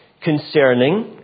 concerning